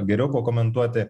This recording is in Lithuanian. geriau pakomentuoti